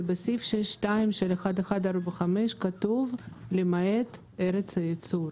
כשבסעיף 62 של 1145 כתוב: "למעט ארץ הייצור".